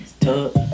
Tuck